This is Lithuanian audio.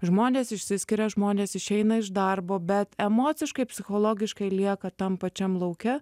žmonės išsiskiria žmonės išeina iš darbo bet emociškai psichologiškai lieka tam pačiam lauke